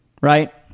right